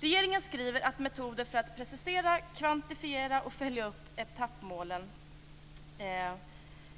Regeringen skriver att metoder för att precisera, kvantifiera och följa upp etappmålen